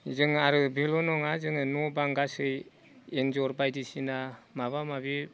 जों आरो बेल' नङा जोङो न' बां गासै एन्जर बायदिसिना माबा माबि